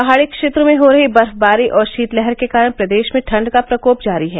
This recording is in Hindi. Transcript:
पहाड़ी क्षेत्रों में हो रही बर्फबारी और शीतलहर के कारण प्रदेश में ठंड का प्रकोप जारी है